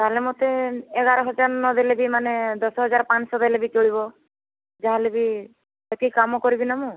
ତା'ହେଲେ ମୋତେ ଏଗାର ହଜାର ନ ଦେଲେ ବି ମାନେ ଦଶ ହଜାର ପାଞ୍ଚ ଶହ ଦେଲେ ଚଲିବ ଯାହା ହେଲେ ବି ସେତିକି କାମ କରିବିନା ମୁଁ